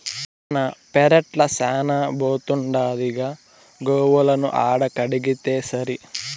మన పెరట్ల శానా బోతుండాదిగా గోవులను ఆడకడితేసరి